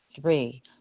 Three